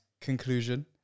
conclusion